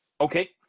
Okay